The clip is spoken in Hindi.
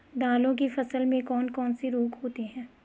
दालों की फसल में कौन कौन से रोग होते हैं?